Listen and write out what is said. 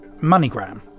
Moneygram